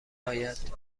آید